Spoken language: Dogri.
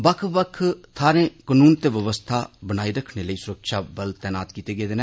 बक्ख बक्ख थाहरें कनून ते व्यवस्था बनाई रक्खने लेई सुरक्षाबल तैनात कीते गेदे न